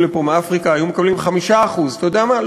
לפה מאפריקה היו מקבלים 5% אתה יודע מה?